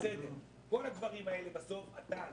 לקחתי את זה כמשימה.